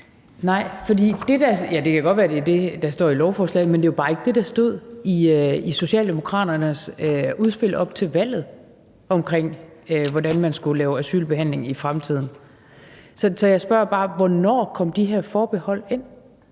Nej. Det kan godt være, at det er det, der står i lovforslaget, men det er jo bare ikke det, der stod i Socialdemokraternes udspil op til valget om, hvordan man skulle lave asylbehandling i fremtiden. Så jeg spørger bare: Hvornår kom de her forbehold ind?